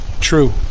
True